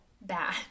bad